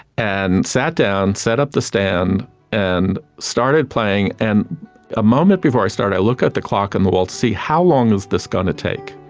and sat down, set up the stand and started playing. and a moment before i start i look at the clock on and the wall to see how long is this going to take.